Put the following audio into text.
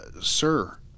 sir